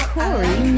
Corey